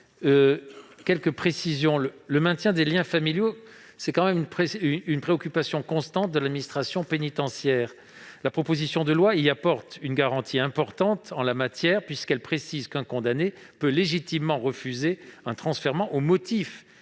Madame Benbassa, le maintien des liens familiaux est une préoccupation constante de l'administration pénitentiaire. La proposition de loi y apporte une garantie importante, puisqu'elle précise qu'un condamné peut légitimement refuser un transfèrement au motif